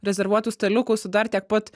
rezervuotų staliukų su dar tiek pat